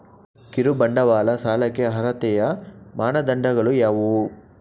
ಕಿರುಬಂಡವಾಳ ಸಾಲಕ್ಕೆ ಅರ್ಹತೆಯ ಮಾನದಂಡಗಳು ಯಾವುವು?